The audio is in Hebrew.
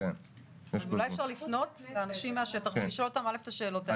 אז אולי אפשר לפנות לאנשים מהשטח ולשאול אותם את השאלות האלה.